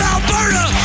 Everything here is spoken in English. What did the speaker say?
Alberta